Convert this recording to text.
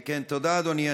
כן, תודה, אדוני.